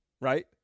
right